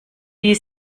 die